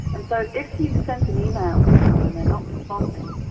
and so if you sent an email to someone and they are not responding,